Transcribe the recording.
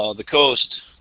ah the coast,